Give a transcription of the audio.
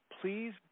please